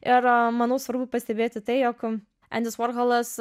ir manau svarbu pastebėti tai jog endis vorholas